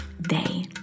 day